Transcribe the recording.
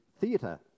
theatre